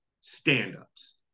stand-ups